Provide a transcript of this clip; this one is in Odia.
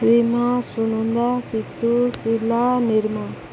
ରିମା ସୁନନ୍ଦା ସିିତୁ ଶିଲା ନିର୍ମା